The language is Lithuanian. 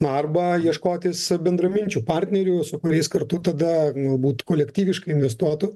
arba ieškotis bendraminčių partnerių su kuriais kartu tada galbūt kolektyviškai investuotų